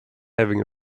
having